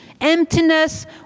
Emptiness